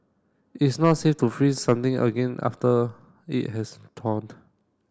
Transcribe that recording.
it's not safe to freeze something again after it has thawed